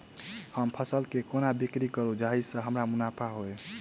हम फसल केँ कोना बिक्री करू जाहि सँ हमरा मुनाफा होइ?